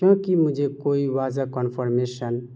کیونکہ مجھے کوئی واضح کانفرمیشن